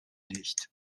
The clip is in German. nicht